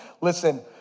Listen